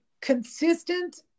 consistent